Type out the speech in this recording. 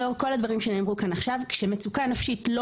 לאור כל הדברים שנאמרו כאן עכשיו: כשמצוקה נפשית לא